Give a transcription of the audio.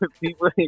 People